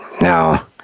Now